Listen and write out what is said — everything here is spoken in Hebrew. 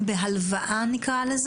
בהלוואה.